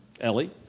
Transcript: Ellie